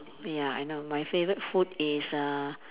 ya I know my favourite food is uh